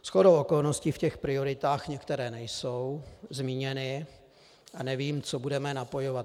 Shodou okolností v těch prioritách některé nejsou zmíněny a nevím, co budeme napojovat.